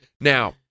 Now